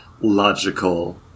logical